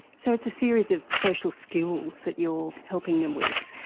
so it's a series of social skills that you are helping them with.